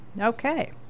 Okay